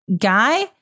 guy